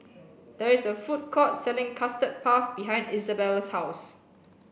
there is a food court selling custard puff behind Izabelle's house